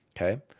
Okay